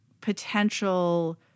potential